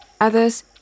Others